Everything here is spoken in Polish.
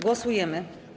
Głosujemy.